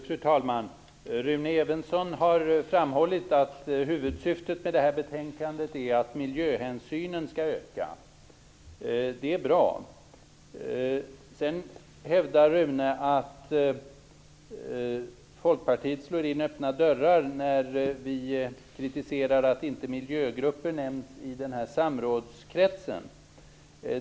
Fru talman! Rune Evensson har framhållit att huvudsyftet med det här betänkandet är att miljöhänsynen skall öka. Det är bra. Sedan hävdar Rune Evensson att Folkpartiet slår in öppna dörrar när vi framför kritik mot att inte miljögrupper nämns när det gäller samrådskretsen.